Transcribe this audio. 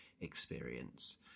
experience